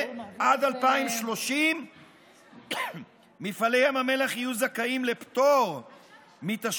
עד 2030 מפעלי ים המלח יהיו זכאים לפטור מתשלום